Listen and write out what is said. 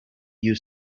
you